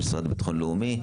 המשרד לביטחון לאומי,